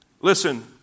listen